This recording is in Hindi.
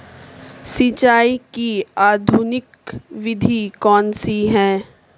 सिंचाई की आधुनिक विधि कौनसी हैं?